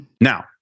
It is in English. Now